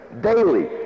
daily